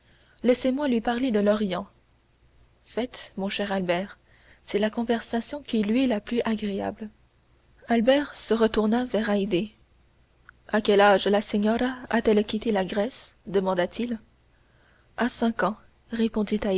laissez-moi lui parler de l'orient faites mon cher albert c'est la conversation qui lui est la plus agréable albert se retourna vers haydée à quel âge la signora a-t-elle quitté la grèce demanda-t-il à cinq ans